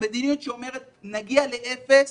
המדיניות שאומרת להגיע לאפס